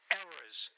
errors